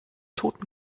toten